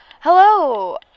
Hello